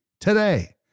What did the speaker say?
today